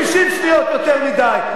60 שניות יותר מדי.